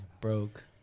broke